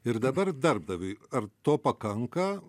ir dabar darbdaviui ar to pakanka